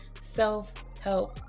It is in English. self-help